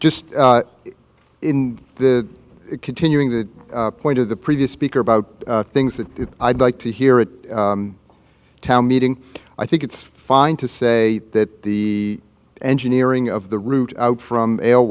just in the continuing the point of the previous speaker about things that i'd like to hear at town meeting i think it's fine to say that the engineering of the route out from